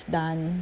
done